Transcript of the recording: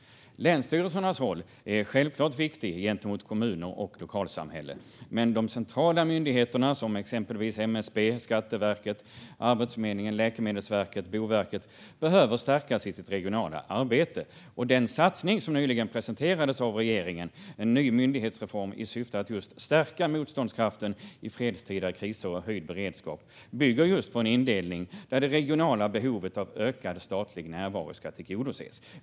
Länsstyrelsernas roll är självklart viktig gentemot kommuner och lokalsamhällen. Men också de centrala myndigheterna, exempelvis MSB, Skatteverket, Arbetsförmedlingen, Läkemedelsverket och Boverket, behöver stärkas i sitt regionala arbete. Den satsning som nyligen presenterades av regeringen, en ny myndighetsreform i syfte att just stärka motståndskraften i fredstida kriser och vid höjd beredskap, bygger just på en indelning där det regionala behovet av ökad statlig närvaro ska tillgodoses.